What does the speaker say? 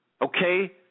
Okay